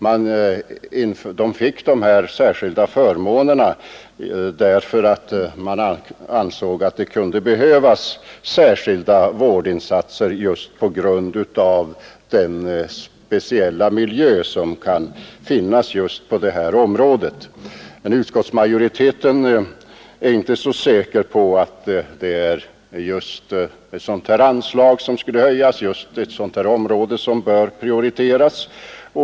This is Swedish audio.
Studenterna fick dessa förmåner därför att man ansåg att det kunde behövas särskilda vårdinsatser på grund av den speciella miljö som kan finnas på detta område. Men utskottsmajoriteten är inte så säker på att det är just ett sådant här anslag som skall höjas, just ett sådant här område som bör prioriteras.